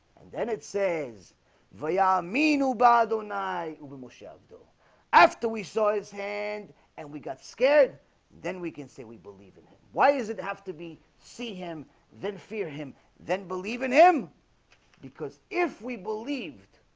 then it says via me no bar don't i machado after we saw his hand and we got scared then we can say we believe in him why does it have to be? see him then fear him then believe in him because if we believed